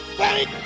thank